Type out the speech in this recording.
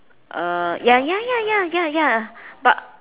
uh ya ya ya ya ya ya but